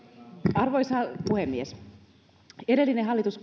arvoisa puhemies edellinen hallitus